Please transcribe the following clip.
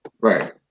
Right